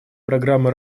программы